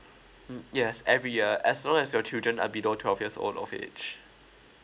mm yes every year as long as your children are below twelve years old of age